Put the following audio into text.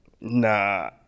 nah